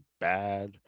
bad